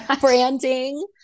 branding